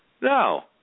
No